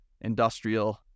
industrial